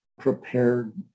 prepared